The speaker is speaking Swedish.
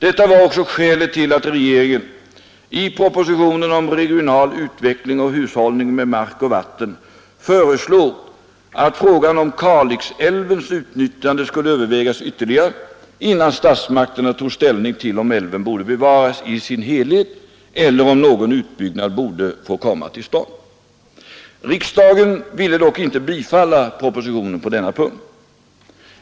Detta var också skälet till att regeringen i propositionen om regional utveckling och hushållning med mark och vatten föreslog att frågan om Kalixälvens utnyttjande skulle övervägas ytterligare innan statsmakterna tog ställning till om älven borde bevaras i sin helhet eller om någon utbyggnad borde få komma till stånd. Riksdagen ville dock inte bifalla propositionen på denna punkt.